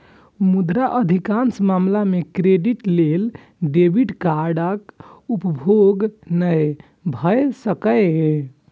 मुदा अधिकांश मामला मे क्रेडिट लेल डेबिट कार्डक उपयोग नै भए सकैए